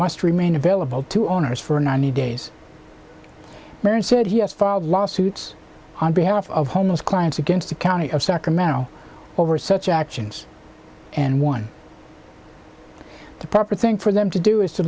must remain available to owners for ninety days marion said he has filed lawsuits on behalf of homes clients against the county of sacramento over such actions and one the proper thing for them to do is to